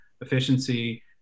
efficiency